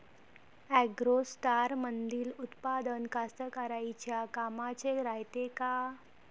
ॲग्रोस्टारमंदील उत्पादन कास्तकाराइच्या कामाचे रायते का?